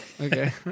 Okay